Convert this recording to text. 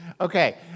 Okay